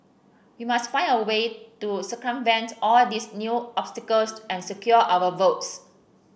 we must find a way to circumvent all these new obstacles and secure our votes